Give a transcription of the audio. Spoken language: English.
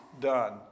done